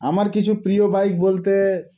আমার কিছু প্রিয় বাইক বলতে